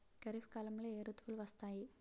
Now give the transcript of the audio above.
ఖరిఫ్ కాలంలో ఏ ఋతువులు వస్తాయి?